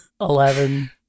eleven